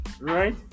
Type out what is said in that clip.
right